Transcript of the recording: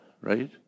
right